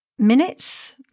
Minutes